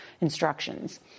instructions